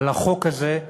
על החוק הזה,